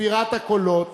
ספירת הקולות